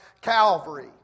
Calvary